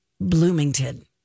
Bloomington